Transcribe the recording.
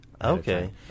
Okay